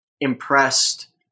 impressed